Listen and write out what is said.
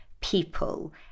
people